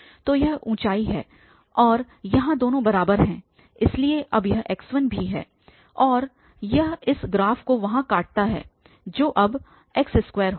तो यह ऊंचाई है और यहाँ दोनों बराबर हैं इसलिए यहाँ अब यह x1 भी है और यह इस ग्राफ को वहाँ काटता है जो अब x2 होगा